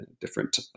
different